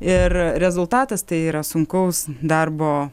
ir rezultatas tai yra sunkaus darbo